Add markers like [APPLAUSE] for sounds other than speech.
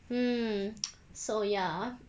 hmm [NOISE] so ya